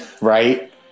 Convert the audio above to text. Right